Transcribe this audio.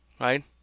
Right